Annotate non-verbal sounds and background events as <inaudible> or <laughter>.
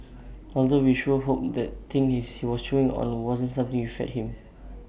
although we sure hope that thing <unintelligible> he was chewing on wasn't something you fed him